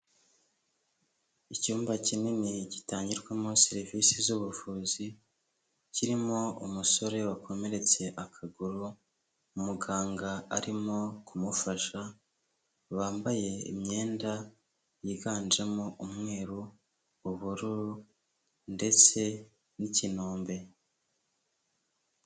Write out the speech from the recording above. Icyumba kinini gitangirwamo serivisi z'ubuvuzi kirimo umusore wakomeretse akaguru, umuganga arimo kumufasha bambaye imyenda yiganjemo umweru, ubururu ndetse n'ikinombe.